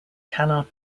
cannot